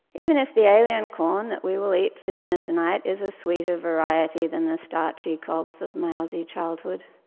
even if the alien corn that we will eat for dinner tonight is a sweeter variety than the starchy cobs of my aussie childhood.